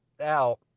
out